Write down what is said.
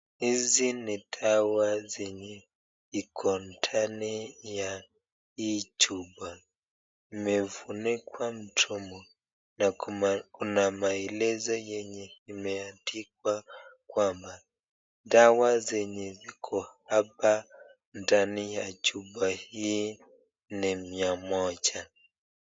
Hizi ni dawa zenye iko ndani ya hii chupa, imefunikwa mdomo na kuna maelezo yenye imeandikwa kwamba, dawa zenye ziko hapa ndani ya chupa hii ni mia moja.